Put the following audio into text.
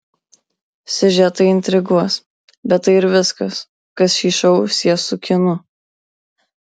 siužetai intriguos bet tai ir viskas kas šį šou sies su kinu